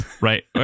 right